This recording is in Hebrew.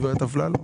ד"ר אפללו.